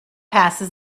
passes